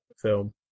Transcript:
film